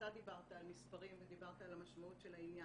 אתה דיברת על מספרים, דיברת על המשמעות של העניין.